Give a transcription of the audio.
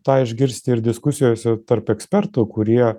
tą išgirsti ir diskusijose tarp ekspertų kurie